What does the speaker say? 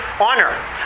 Honor